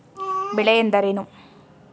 ಬೆಳೆ ಎಂದರೇನು?